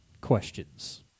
questions